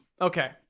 Okay